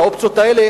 והאופציות האלה,